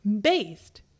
based